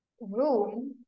room